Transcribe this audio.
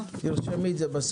תרשמי את זה בסיכום.